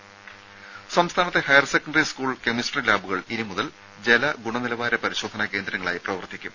രുമ സംസ്ഥാനത്തെ higher secondary school chemistry ലാബുകൾ ഇനി മുതൽ ജലഗുണനിലവാര പരിശോധനാ കേന്ദ്രങ്ങളായി പ്രവർത്തിക്കും